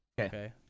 Okay